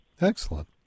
Excellent